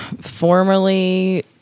Formerly